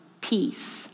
peace